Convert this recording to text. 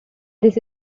this